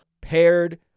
paired